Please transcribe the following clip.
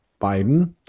Biden